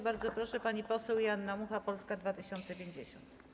Bardzo proszę, pani poseł Joanna Mucha, Polska 2050.